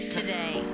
today